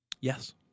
Yes